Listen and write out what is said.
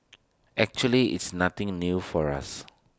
actually it's nothing new for us